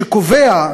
שקובע,